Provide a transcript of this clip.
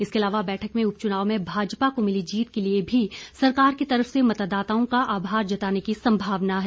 इसके अलावा बैठक में उपच्नाव में भाजपा को मिली जीत के लिए भी सरकार की तरफ से मतदाताओं का आभार जताने की संभावना है